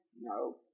No